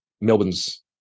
Melbourne's